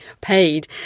paid